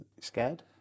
Scared